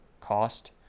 cost